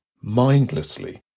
mindlessly